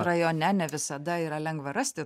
rajone ne visada yra lengva rasti